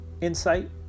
insight